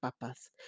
purpose